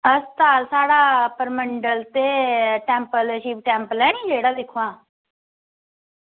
अस्पताल साढ़ा परमंडल ते टैम्पल शिव टैम्पल ऐ ना जेह्ड़ा दिक्खो हां